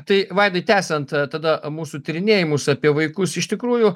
tai vaidai tęsiant tada mūsų tyrinėjimus apie vaikus iš tikrųjų